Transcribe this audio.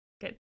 Good